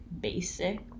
basic